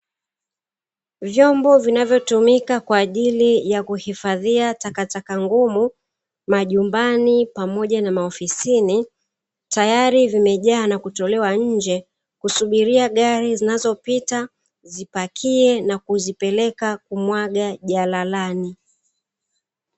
Vyombo vinavyo tumika kwa ajili ya kuhifadhia takataka ngumu majumbani pamoja na maofisini, tayari vimejaa na kutolewa nje kusubiria gari zinazopita zipakie na kuzipeleka kumwaga jalalani.